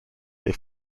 they